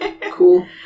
cool